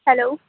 hello